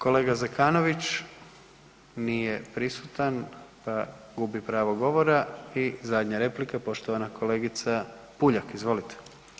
Kolega Zekanović nije prisutan pa gubi pravo govora i zadnja replika, poštovana kolegica Puljak, izvolite.